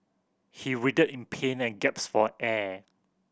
he writhed in pain and for air